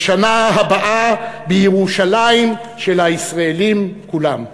לשנה הבאה בירושלים של הישראלים כולם.